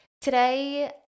Today